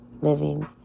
living